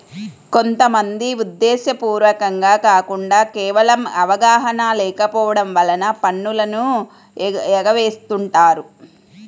కొంత మంది ఉద్దేశ్యపూర్వకంగా కాకుండా కేవలం అవగాహన లేకపోవడం వలన పన్నులను ఎగవేస్తుంటారు